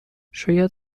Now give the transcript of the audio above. شاید